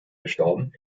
gestorben